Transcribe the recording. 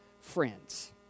friends